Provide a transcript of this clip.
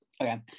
Okay